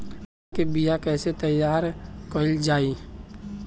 धान के बीया तैयार कैसे करल जाई?